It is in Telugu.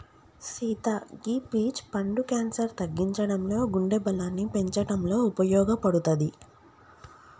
సీత గీ పీచ్ పండు క్యాన్సర్ తగ్గించడంలో గుండె బలాన్ని పెంచటంలో ఉపయోపడుతది